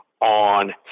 on